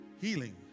Healing